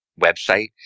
website